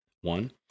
one